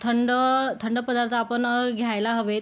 थंड थंड पदार्थ आपण घ्यायला हवेत